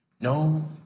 no